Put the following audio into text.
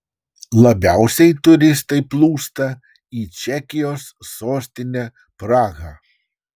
labiausiai turistai plūsta į čekijos sostinę prahą